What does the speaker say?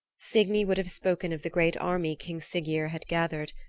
signy would have spoken of the great army king siggeir had gathered,